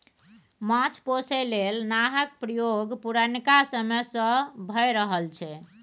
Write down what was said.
माछ पोसय लेल नाहक प्रयोग पुरनका समय सँ भए रहल छै